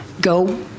go